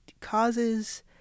causes